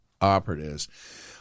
operatives –